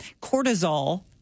cortisol